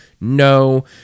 no